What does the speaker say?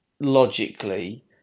logically